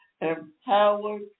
empowered